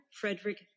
Frederick